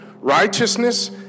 righteousness